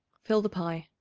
fill the pie.